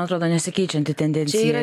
atrodo nesikeičianti tendencija